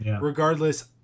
regardless